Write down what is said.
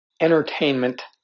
entertainment